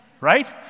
right